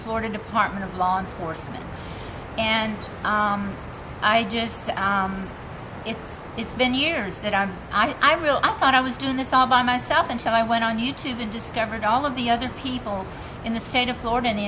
florida department of law enforcement and i just said it it's been years that i'm i will i thought i was doing this all by myself until i went on you tube and discovered all of the other people in the state of florida in the